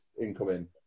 incoming